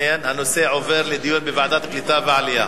הנושא עובר לדיון בוועדת הקליטה והעלייה.